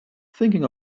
thinking